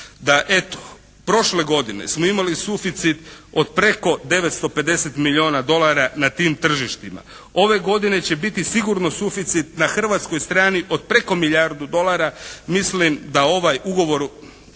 da eto prošle godine smo imali suficit od preko 950 milijuna dolara na tim tržištima, ove godine će biti sigurno suficit na hrvatskoj strani od preko milijardu dolara mislim da ovaj ugovor